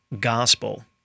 gospel